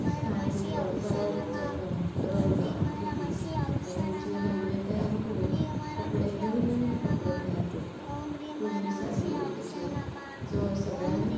स्थानीक परंपरा जपोवन रंग आकृती आनी हेचे नमुने तयार करून कपडे नवीन नवीन कपडे तयार करता कुणबी साडयो तेचे जो सगळ्यान